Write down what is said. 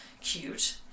cute